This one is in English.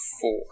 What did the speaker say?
four